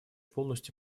полностью